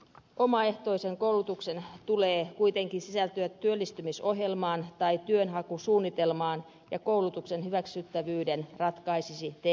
omaehtoisen koulutuksen tulee kuitenkin sisältyä työllistymisohjelmaan tai työnhakusuunnitelmaan ja koulutuksen hyväksyttävyyden ratkaisisi te toimisto